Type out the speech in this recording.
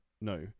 no